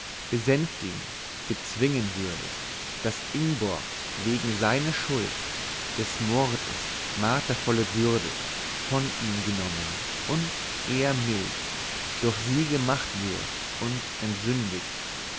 besänftigen bezwingen würde daß ingborgs wegen seine schuld des mordes martervolle bürde von ihm genommen und er mild durch sie gemacht würd und entsündigt